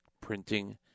printing